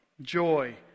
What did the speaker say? joy